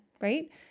Right